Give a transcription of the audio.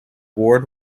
board